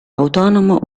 autonomo